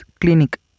clinic